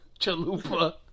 chalupa